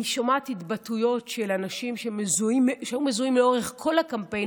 אני שומעת התבטאויות של אנשים שהיו מזוהים לאורך כל הקמפיין,